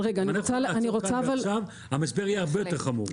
אם אנחנו לא נעצור כאן ועכשיו המשבר יהיה הרבה יותר חמור.